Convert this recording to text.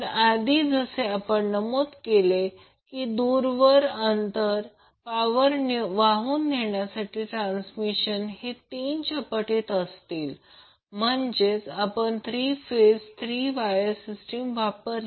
तर आधी जसे आपण नमूद केले दूर अंतरावर पॉवर वाहून नेण्यासाठी ट्रान्समीशन हे तीन च्या पटीत असतील म्हणजेच आपण 3 फेज 3 वायर सिस्टीम वापरली